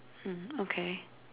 mm okay